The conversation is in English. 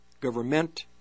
government